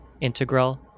integral